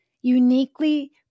uniquely